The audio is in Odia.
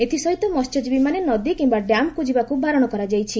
ଏଥିସହ ମସ୍ୟଜୀବୀମାନେ ନଦୀ କିମ୍ନା ଡ୍ୟାମକୁ ଯିବାକୁ ବାରଶ କରାଯାଇଛି